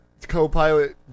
Co-pilot